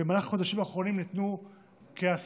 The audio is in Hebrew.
במהלך החודשים האחרונים ניתנו כ-10